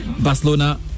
Barcelona